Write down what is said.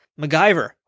MacGyver